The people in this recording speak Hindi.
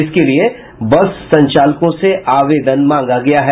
इसके लिये बस संचालकों से आवेदन मांगा गया है